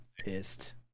pissed